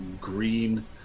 green